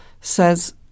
says